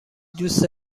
دوست